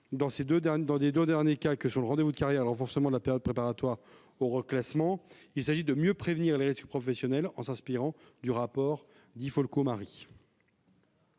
Dans les cas du rendez-vous de carrière et du renforcement de la période préparatoire au reclassement, il s'agit de mieux prévenir les risques professionnels, en s'inspirant du rapport Di Folco-Marie.